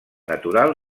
natural